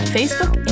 Facebook